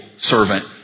servant